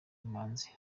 manzi